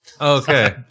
Okay